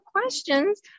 questions